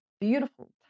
beautiful